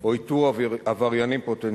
או על איתור עבריינים פוטנציאליים,